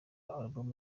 album